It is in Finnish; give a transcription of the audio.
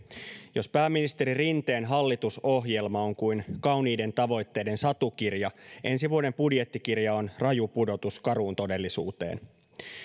jos pääministeri rinteen hallitusohjelma on kuin kauniiden tavoitteiden satukirja ensi vuoden budjettikirja on raju pudotus karuun todellisuuteen